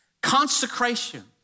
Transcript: Consecration